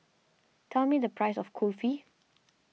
tell me the price of Kulfi